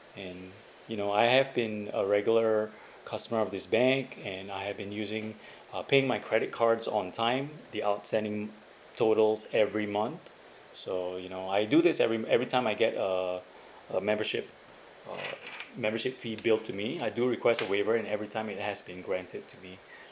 and you know I have been a regular customer of this bank and I have been using uh paying my credit card on time the outstanding totals every month so you know I do this every every time I get a a membership uh membership fee billed to me I do request a waiver and every time it has been granted to me